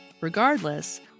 Regardless